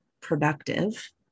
productive